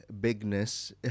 bigness